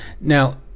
now